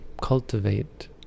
cultivate